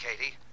Katie